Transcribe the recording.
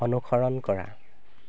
অনুসৰণ কৰা